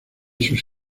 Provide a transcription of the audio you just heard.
sus